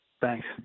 Thanks